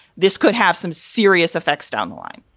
this could have some serious effects down the line.